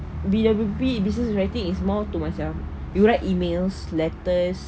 B_W_P business writing is more to macam you write emails letters